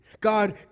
God